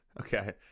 Okay